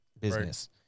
business